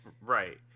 Right